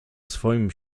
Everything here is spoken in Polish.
swoim